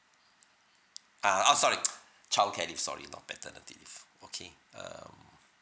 uh ah sorry childcare leave sorry not paternity leave okay um